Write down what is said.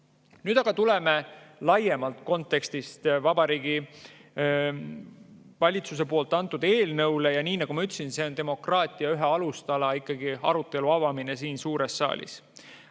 Nüüd aga tulen laiemast kontekstist Vabariigi Valitsuse algatatud eelnõu juurde. Nii nagu ma ütlesin, see on ikkagi demokraatia ühe alustala arutelu avamine siin suures saalis.